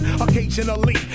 Occasionally